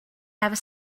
never